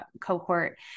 cohort